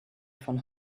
von